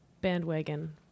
bandwagon